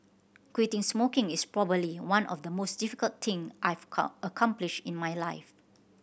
quitting smoking is probably one of the most difficult thing I've accomplished in my life